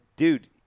Dude